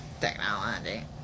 Technology